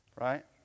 right